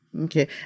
Okay